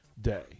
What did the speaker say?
day